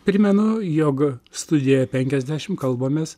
primenu jog studija penkiasdešim kalbamės